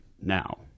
now